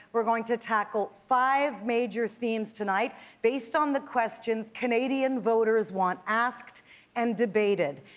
we're going to tackle five major themes tonight based on the questions canadian voters want asked and debated.